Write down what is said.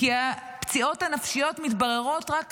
כי הפציעות הנפשיות מתבררות רק